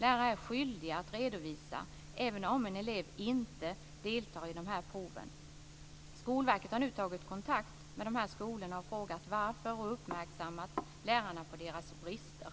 Lärarna är skyldiga att redovisa även om en elev inte deltar i de här proven. Skolverket har nu tagit kontakt med de aktuella skolorna, frågat om anledningen till det inträffade och uppmärksammat lärarna på deras brister.